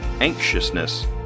anxiousness